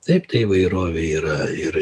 taip ta įvairovė yra ir